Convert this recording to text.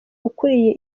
ukuriye